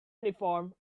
uniform